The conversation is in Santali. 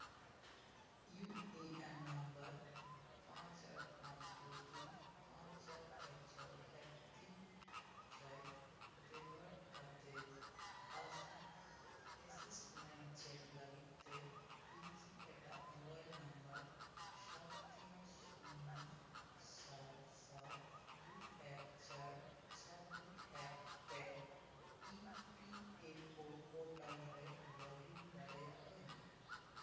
ᱤᱭᱩ ᱮ ᱮᱱ ᱱᱚᱢᱵᱟᱨ ᱯᱟᱸᱪ ᱟᱴ ᱯᱟᱸᱪ ᱫᱩᱭ ᱫᱩᱭ ᱯᱟᱸᱪ ᱪᱟᱨ ᱮᱠ ᱪᱷᱚᱭ ᱮᱠ ᱛᱤᱱ ᱪᱷᱚᱭ ᱵᱮᱵᱚᱦᱟᱨ ᱠᱟᱛᱮᱜ ᱯᱟᱥᱵᱩᱠ ᱮᱥᱮᱥᱢᱮᱱᱴ ᱪᱮᱠ ᱞᱟᱹᱜᱤᱫ ᱛᱮ ᱤᱧ ᱪᱮᱫ ᱮᱴᱟᱜ ᱢᱳᱵᱟᱭᱤᱞ ᱱᱟᱢᱵᱟᱨ ᱥᱟᱛ ᱛᱤᱱ ᱥᱩᱱᱱᱚ ᱥᱟᱛ ᱥᱟᱛ ᱫᱩᱭ ᱮᱠ ᱪᱟᱨ ᱥᱟᱛ ᱫᱩᱭ ᱮᱠ ᱛᱮ E P F O portal ᱨᱮ ᱞᱚᱜᱽ ᱤᱱ ᱫᱟᱲᱮᱭᱟᱜ ᱟᱹᱧ